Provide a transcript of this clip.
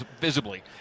visibly